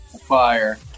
Fire